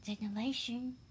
generation